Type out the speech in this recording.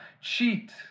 cheat